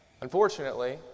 Unfortunately